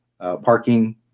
parking